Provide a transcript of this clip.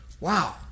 Wow